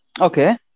Okay